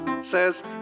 says